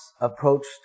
approached